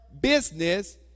business